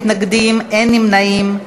אין מתנגדים, אין נמנעים.